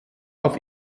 auf